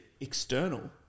external